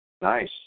Nice